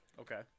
Okay